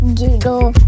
giggle